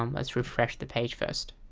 um let's refersh the page first